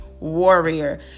Warrior